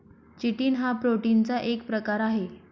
chitin हा प्रोटीनचा एक प्रकार आहे